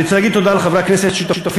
אני רוצה להגיד תודה לחברי הכנסת ששותפים